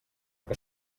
que